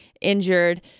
injured